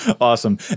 Awesome